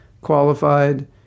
qualified